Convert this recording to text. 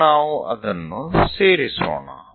ಈಗ ನಾವು ಅದನ್ನು ಸೇರಿಸೋಣ